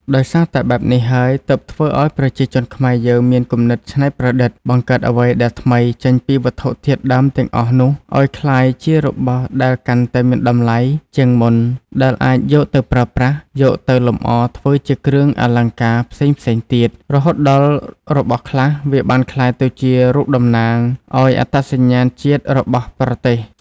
ដោយសារតែបែបនេះហើយ ទើបធ្វើឲ្យប្រជាជនខ្មែរយើងមានគំនិតច្នៃប្រឌិតបង្កើតអ្វីដែលថ្មីចេញពីវត្ថុធាតុដើមទាំងអស់នោះឲ្យក្លាយជារបស់ដែលកាន់តែមានតម្លៃជាងមុន ដែលអាចយកទៅប្រើប្រាស់ យកទៅលម្អធ្វើជាគ្រឿងអលង្ការផ្សេងៗទៀត រហូតដល់របស់ខ្លះវាបានក្លាយទៅជារូបតំណាង ឲ្យអត្តសញ្ញាណជាតិរបស់ប្រទេស។